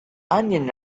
onion